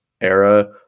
era